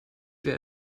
wäre